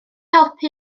helpu